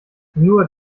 nur